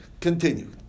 continue